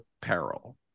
peril